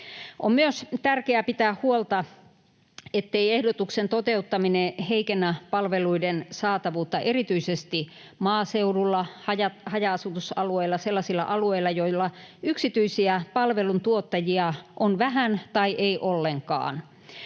On myös tärkeää pitää huolta, ettei ehdotuksen toteuttaminen heikennä palveluiden saatavuutta erityisesti maaseudulla ja haja-asutusalueilla, sellaisilla alueilla, joilla yksityisiä palveluntuottajia on vähän tai ei ollenkaan.